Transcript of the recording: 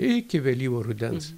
iki vėlyvo rudens